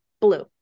Blue